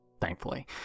thankfully